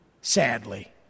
Sadly